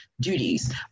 duties